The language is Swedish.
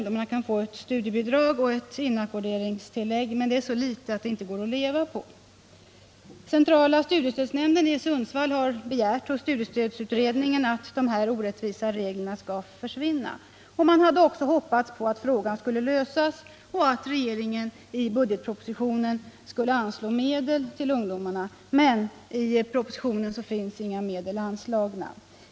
De kan få ett studiebidrag och ett inackorderingstillägg, men detta är så litet att det inte går att leva på. Centrala studiestödsnämnden i Sundsvall har begärt hos studiestödsutredningen att dessa orättvisa regler skall försvinna. Man hade också hoppats att frågan skulle lösas och att regeringen i budgetpropositionen skulle anslå medel till ungdomarna. Men i propositionen föreslås inga medel anslagna.